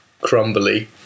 crumbly